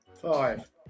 Five